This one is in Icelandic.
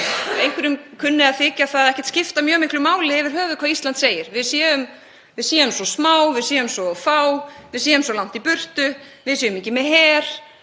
einhverjum kunni að þykja það ekki skipta mjög miklu máli yfir höfuð hvað Ísland segir, við séum svo smá og við séum svo fá, við séum svo langt í burtu, við séum ekki með her